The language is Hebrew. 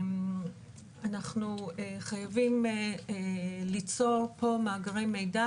אנחנו חייבים ליצור פה מאגרי מידע,